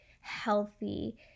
healthy